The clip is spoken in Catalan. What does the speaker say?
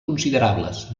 considerables